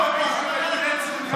חבר הכנסת,